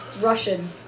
Russian